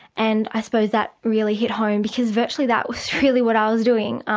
and i suppose that really hit home because virtually that was really what i was doing.